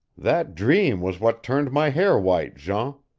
that dream was what turned my hair white, jean.